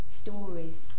stories